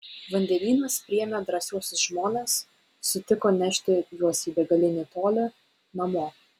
vandenynas priėmė drąsiuosius žmones sutiko nešti juos į begalinį tolį namo